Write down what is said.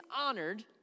honored